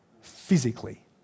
physically